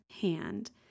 hand